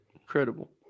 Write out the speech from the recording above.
Incredible